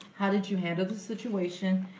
how did you handle the situation,